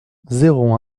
zéro